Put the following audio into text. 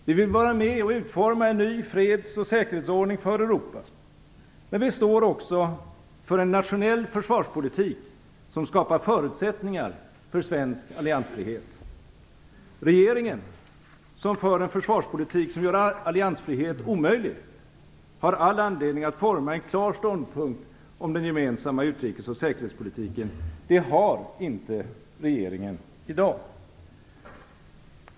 Vi vill vara med och utforma en ny freds och säkerhetsordning för Europa. Men vi står också för en nationell försvarspolitik som skapar förutsättningar för svensk alliansfrihet. Regeringen, som för en försvarspolitik som gör alliansfrihet omöjlig, har all anledning att forma en klar ståndpunkt om den gemensamma utrikes och säkerhetspolitiken. Det har inte regeringen i dag.